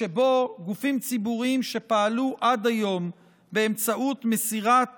שבו גופים ציבוריים שפעלו עד היום באמצעות מסירת